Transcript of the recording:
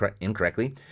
incorrectly